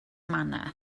manner